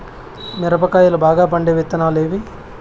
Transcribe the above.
మిరప కాయలు బాగా పండే విత్తనాలు ఏవి